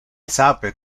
sape